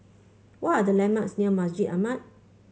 what are the landmarks near Masjid Ahmad